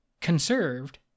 conserved